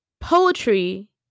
Poetry